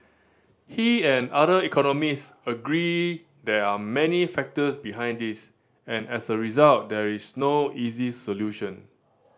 he and other economist agree there are many factors behind this and as a result there is no easy solution